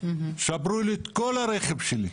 שברו לי את כל הרכב שלי,